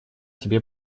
тебе